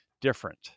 different